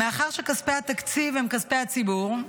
מאחר שכספי התקציב הם כספי הציבור,